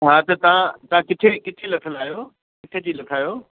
हा त तव्हां तव्हां किथे किथे लथल आहियो किथे जी लथा आहियो